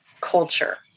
culture